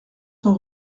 son